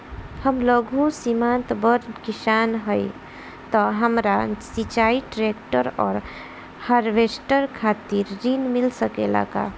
हम लघु सीमांत बड़ किसान हईं त हमरा सिंचाई ट्रेक्टर और हार्वेस्टर खातिर ऋण मिल सकेला का?